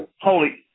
Holy